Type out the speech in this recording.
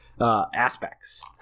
aspects